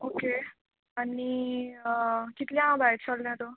okay आनी कितल्याउ भायर सोल्लें तूं